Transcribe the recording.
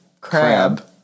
crab